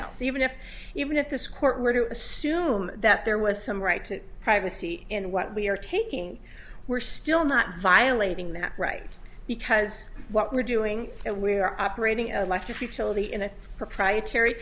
else even if even if this court were to assume that there was some right to privacy in what we are taking we're still not violating that right because what we're doing and we're operating electric utility in a proprietary